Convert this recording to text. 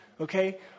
okay